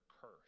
curse